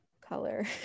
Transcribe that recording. color